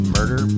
Murder